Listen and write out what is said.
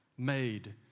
Made